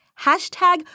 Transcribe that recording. Hashtag